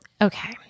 Okay